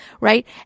right